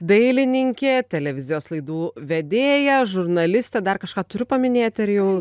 dailininkė televizijos laidų vedėja žurnalistė dar kažką turiu paminėt ar jau